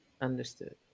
understood